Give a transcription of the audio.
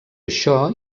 això